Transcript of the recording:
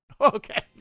Okay